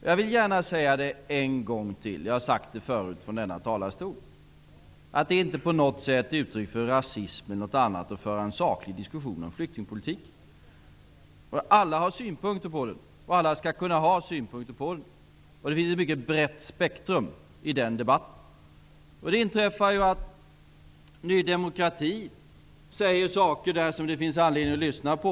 Jag vill gärna säga en gång till vad jag redan tidigare har sagt från denna talarstol: Det är inte på något sätt ett uttryck för rasism att föra en saklig diskussion om flyktingpolitiken. Alla har synpunkter på flyktingpolitiken, och alla skall kunna ha synpunkter på den. Det finns ett mycket brett spektrum i den debatten. Det inträffar att Ny demokrati i den debatten säger saker som det finns anledning att lyssna på.